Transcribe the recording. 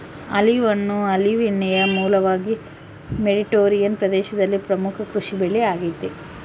olive ಹಣ್ಣು olive ಎಣ್ಣೆಯ ಮೂಲವಾಗಿ ಮೆಡಿಟರೇನಿಯನ್ ಪ್ರದೇಶದಲ್ಲಿ ಪ್ರಮುಖ ಕೃಷಿಬೆಳೆ ಆಗೆತೆ